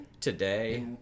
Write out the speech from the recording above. Today